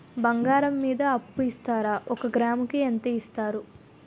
బంగారం మీద అప్పు ఇస్తారా? ఒక గ్రాము కి ఎంత ఇస్తారు?